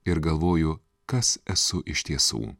ir galvoju kas esu iš tiesų